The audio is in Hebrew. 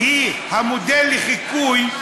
שהיא המודל לחיקוי,